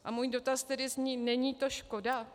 A můj dotaz tedy zní: Není to škoda?